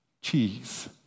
cheese